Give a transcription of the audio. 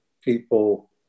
people